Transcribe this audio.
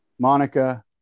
Monica